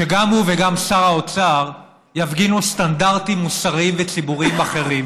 שגם הוא וגם שר האוצר יפגינו סטנדרטים מוסריים וציבוריים אחרים